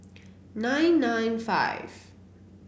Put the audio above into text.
nine nine five